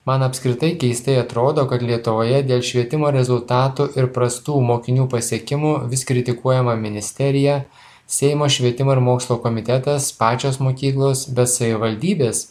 man apskritai keistai atrodo kad lietuvoje dėl švietimo rezultatų ir prastų mokinių pasiekimų vis kritikuojama ministerija seimo švietimo ir mokslo komitetas pačios mokyklos bet savivaldybės